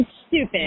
stupid